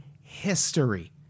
history